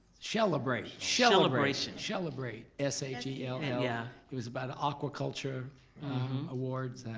shellebrate. shellebration. shellebrate. s h e l l yeah. it was about aquaculture awards,